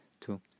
two